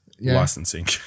licensing